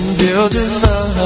beautiful